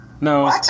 No